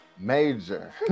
Major